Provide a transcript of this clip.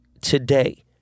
today